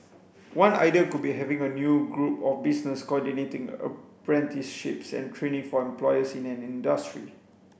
one idea could be having a new group of businesses coordinating apprenticeships and training for employers in an industry